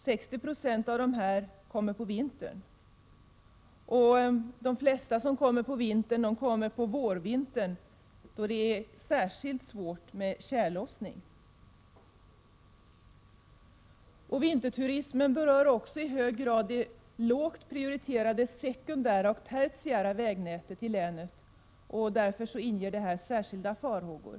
60 90 av dessa fordon kommer på vintern, de flesta under vårvintern, när det är särskilt svårt med tjällossningen. Vinterturismen berör också i hög grad det lågt prioriterade sekunderära och tertiära vägnätet i länet, och därför inger detta särskilda farhågor.